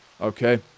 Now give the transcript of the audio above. okay